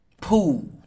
pool